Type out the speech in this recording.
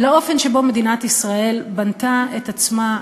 לאופן שבו מדינת ישראל בנתה את עצמה,